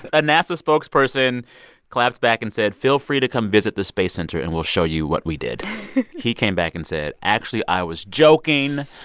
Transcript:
but a nasa spokesperson clapped back and said, feel free to come visit the space center, and we'll show you what we did he came back and said, actually, i was joking.